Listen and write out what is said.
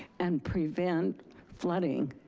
and prevent flooding.